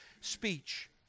speech